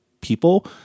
people